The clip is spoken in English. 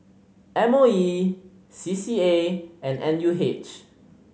M O E C C A and N U H